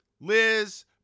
Liz